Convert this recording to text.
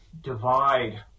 divide